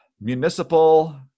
municipal